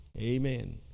Amen